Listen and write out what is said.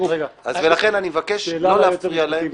ולכן אני מבקש לא להפריע להם.